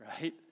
Right